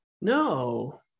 no